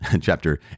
chapter